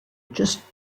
just